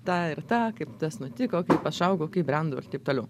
tą ir tą kaip tas nutiko kaip aš augau kaip brendau ir taip toliau